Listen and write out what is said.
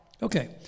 Okay